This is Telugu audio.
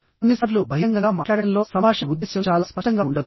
కొన్నిసార్లు బహిరంగంగా మాట్లాడటంలో సంభాషణ ఉద్దేశ్యం చాలా స్పష్టంగా ఉండదు